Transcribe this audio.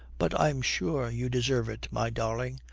but i'm sure you deserve it, my darling.